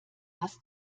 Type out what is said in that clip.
das